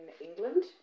England